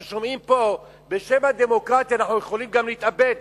בשם הדמוקרטיה אנחנו יכולים גם להתאבד,